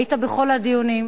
היית בכל הדיונים,